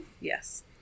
Yes